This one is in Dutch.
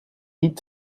niet